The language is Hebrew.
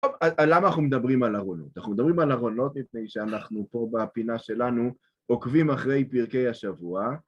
למה אנחנו מדברים על ארונות? אנחנו מדברים על ארונות מפני שאנחנו פה בפינה שלנו עוקבים אחרי פרקי השבוע